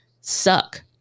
suck